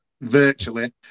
virtually